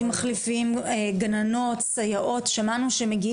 אני מבקשת מכבוד יושבת ראש הוועדה, לשמר לי